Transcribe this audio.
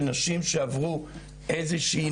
של נשים שעברו קשירות.